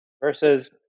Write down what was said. Versus